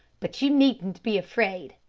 but you needn't be afraid.